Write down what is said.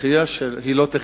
הדחייה היא לא טכנית.